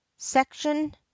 section